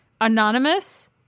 anonymous